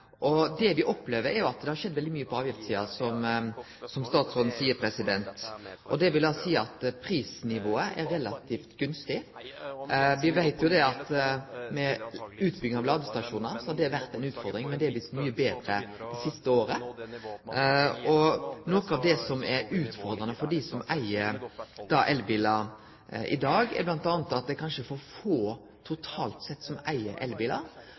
Det me opplever, er at det skjer mykje på avgiftssida, som statsråden seier, og det vil da seie at prisnivået er relativt gunstig. Me veit at utbygging av ladestasjonar har vore ei utfordring, men det har blitt mykje betre siste året. Noko av det som er utfordrande for dei som eig elbilar i dag, er bl.a. at det kanskje er for få som eig elbilar totalt sett, og at den type funksjonar som